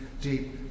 deep